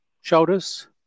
shoulders